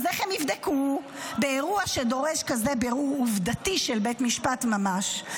אז איך הם יבדקו באירוע שדורש כזה בירור עובדתי של בית משפט ממש,